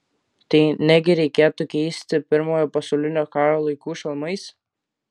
tai negi reikėtų keisti pirmojo pasaulinio karo laikų šalmais